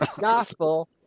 gospel